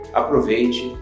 aproveite